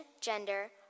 gender